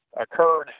occurred